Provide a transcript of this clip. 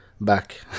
back